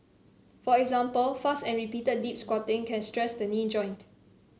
for example fast and repeated deep squatting can stress the knee joint